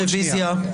רוויזיה.